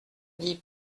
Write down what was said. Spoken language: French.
dit